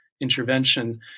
intervention